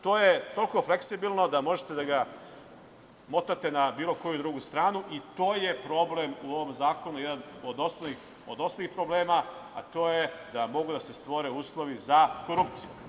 To je toliko fleksibilno da možete da ga motate na bilo koju drugu stranu i to je problem u ovom zakonu, jedan od osnovnih problema, a to je da mogu da se stvore uslovi za korupciju.